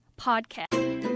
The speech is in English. podcast